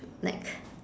like